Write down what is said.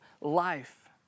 life